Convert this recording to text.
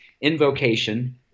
invocation